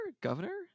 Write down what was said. governor